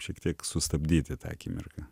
šiek tiek sustabdyti tą akimirką